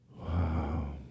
Wow